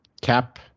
cap